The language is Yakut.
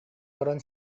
баран